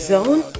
Zone